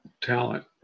talent